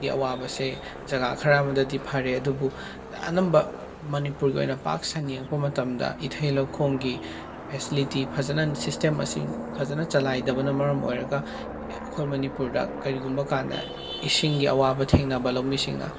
ꯒꯤ ꯑꯋꯥꯕꯁꯦ ꯖꯒꯥ ꯈꯔ ꯑꯃꯗꯗꯤ ꯐꯔꯦ ꯑꯗꯨꯕꯨ ꯑꯅꯝꯕ ꯃꯅꯤꯄꯨꯔꯒꯤ ꯑꯣꯏꯅ ꯄꯥꯛ ꯁꯟꯅ ꯌꯦꯡꯉꯛꯄ ꯃꯇꯝꯗ ꯏꯊꯩ ꯂꯧꯈꯣꯡꯒꯤ ꯐꯦꯁꯤꯂꯤꯇꯤ ꯐꯖꯅ ꯁꯤꯁꯇꯦꯝ ꯑꯁꯤ ꯐꯖꯅ ꯆꯂꯥꯏꯗꯕꯅ ꯃꯔꯝ ꯑꯣꯏꯔꯒ ꯑꯩꯈꯣꯏ ꯃꯅꯤꯄꯨꯔꯗ ꯀꯔꯤꯒꯨꯝꯕꯀꯥꯟꯗ ꯏꯁꯤꯡꯒꯤ ꯑꯋꯥꯕ ꯊꯦꯡꯅꯕ ꯂꯧꯃꯤꯁꯤꯡꯅ